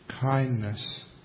kindness